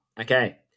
Okay